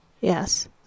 yes